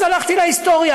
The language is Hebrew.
אז הלכתי להיסטוריה,